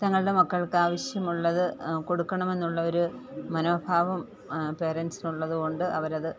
തങ്ങളുടെ മക്കൾക്ക് ആവശ്യമുള്ളത് കൊടുക്കണം എന്നുള്ളവർ മനോഭാവം പേരൻസിനുള്ളത് കൊണ്ട് അവരത്